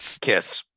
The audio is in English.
Kiss